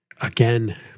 again